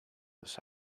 this